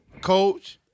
coach